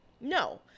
No